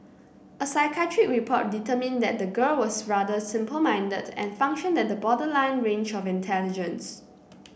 a psychiatric report determined that the girl was rather simple minded and functioned at the borderline range of intelligence